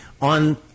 on